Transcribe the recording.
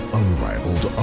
unrivaled